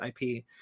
IP